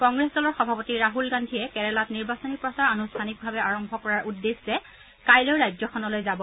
কংগ্ৰেছ দলৰ সভাপতি ৰাহুল গান্ধীয়ে কেৰালাত নিৰ্বাচনী প্ৰচাৰ আনুষ্ঠানিকভাৱে আৰম্ভ কৰাৰ উদ্দেশ্যে কাইলৈ ৰাজ্যখনলৈ যাব